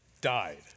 died